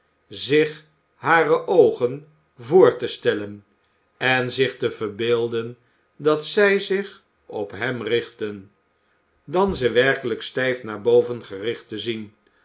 zich hare oogen voor te stellen en zich te verbeelden dat zij zich op hem richtten dan ze werkelijk stijf naar boven gericht te zien